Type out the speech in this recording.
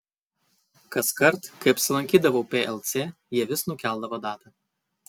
kaskart kai apsilankydavau plc jie vis nukeldavo datą